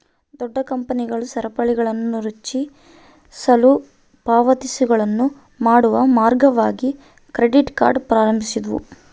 ದೊಡ್ಡ ಕಂಪನಿಗಳು ಸರಪಳಿಗಳನ್ನುರಚಿಸಲು ಪಾವತಿಗಳನ್ನು ಮಾಡುವ ಮಾರ್ಗವಾಗಿ ಕ್ರೆಡಿಟ್ ಕಾರ್ಡ್ ಪ್ರಾರಂಭಿಸಿದ್ವು